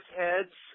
heads